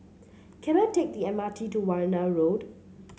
can I take the M R T to Warna Road